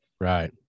Right